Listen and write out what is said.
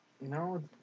No